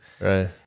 right